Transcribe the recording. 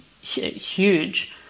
huge